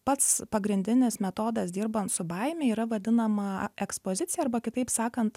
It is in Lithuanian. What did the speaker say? pats pagrindinis metodas dirbant su baime yra vadinama ekspozicija arba kitaip sakant